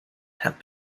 have